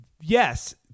yes